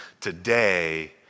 Today